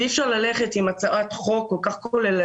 אי אפשר ללכת עם הצעת חוק כל כך כוללנית